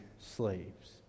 slaves